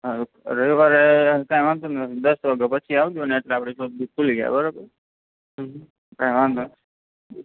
સારું રવિવારે કંઈ વાંધો નહીં દસ વાગ્યા પછી આવજો ને એટલે આપણી સોપ બી ખુલી જાય બરાબર કંઈ વાંધો નહીં